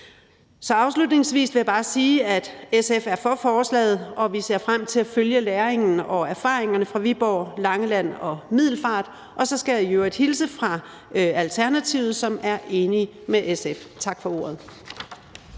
Så afslutningsvis vil jeg bare sige, at SF er for forslaget, og vi ser frem til at følge læringen og erfaringerne fra Viborg, Langeland og Middelfart. Og så skal jeg i øvrigt hilse fra Alternativet, som er enige med SF. Tak for ordet